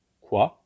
Quoi